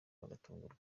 bagatungurwa